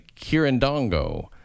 Kirindongo